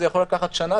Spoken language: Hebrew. זה יכול לקחת שנה,